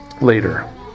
later